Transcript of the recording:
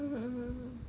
mmhmm hmm